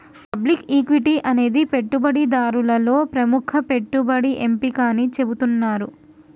public equity అనేది పెట్టుబడిదారులలో ప్రముఖ పెట్టుబడి ఎంపిక అని చెబుతున్నరు